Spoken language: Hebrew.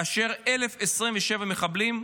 כאשר 1,027 מחבלים,